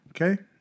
Okay